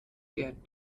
der